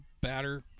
batter